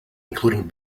including